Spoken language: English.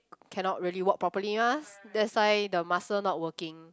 cannot really walk properly mah that's why the muscle not working